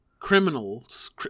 criminals